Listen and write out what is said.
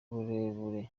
burebure